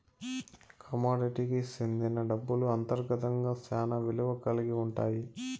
కమోడిటీకి సెందిన డబ్బులు అంతర్గతంగా శ్యానా విలువ కల్గి ఉంటాయి